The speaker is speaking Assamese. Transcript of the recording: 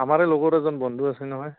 আমাৰে লগৰ এজন বন্ধু আছে নহয়